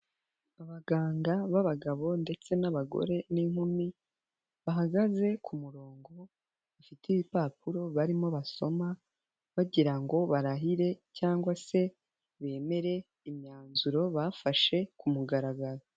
abaganga b'abagabo ndetse n'abagore n'inkumi bahagaze ku murongo, bafite ibipapuro barimo basoma cyangwa se bagira ngo barahire cyangwa se bemere imyanzuro bafashe ku mugaragaro.